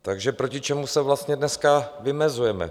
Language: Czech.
Takže proti čemu se vlastně dneska vymezujeme?